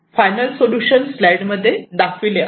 final solution slide मध्ये हे दाखवले आहे